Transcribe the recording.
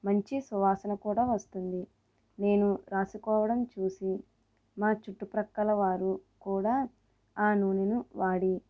మంచి సువాసన కూడా వస్తుంది నేను రాసుకోవడం చూసి మా చుట్టుపక్కల వారు కూడా ఆ నూనెను వాడి